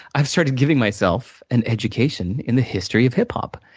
i've started giving myself an education in the history of hiphop,